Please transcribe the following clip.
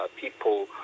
people